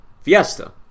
fiesta